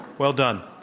well done.